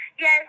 Yes